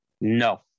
No